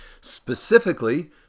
specifically